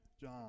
John